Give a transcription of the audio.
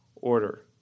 order